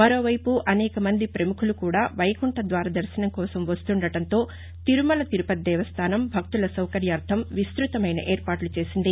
మరోవైపు అనేకమంది ప్రముఖులు కూడా వైకుంఠ ద్వార దర్శనం కోసం వస్తుండడంతో తిరుమల తిరుపతి దేవస్థానం భక్తుల సౌకర్యార్దం విస్తృతమైన ఏర్పాట్లు చేసింది